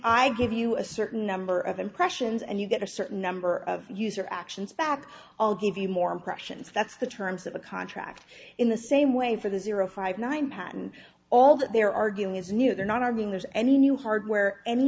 i give you a certain number of impressions and you get a certain number of user actions back all give you more impressions that's the terms of a contract in the same way for the zero five nine patent all that they're arguing is new they're not harming there's any new hardware any